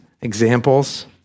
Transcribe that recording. examples